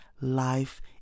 life